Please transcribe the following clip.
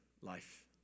life